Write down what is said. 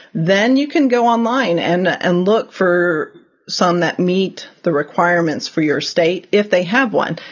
then you can go online and and look for some that meet the requirements for your state if they have one.